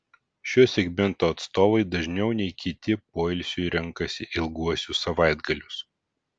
šio segmento atstovai dažniau nei kiti poilsiui renkasi ilguosius savaitgalius